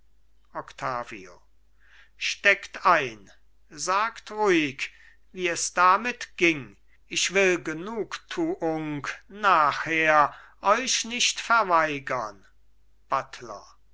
steckt ein sagt ruhig wie es damit ging ich will genugtuung nachher euch nicht verweigern buttler